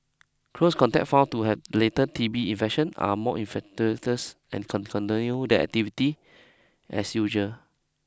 close contacts found to have later T B infection are more and can their activity as usual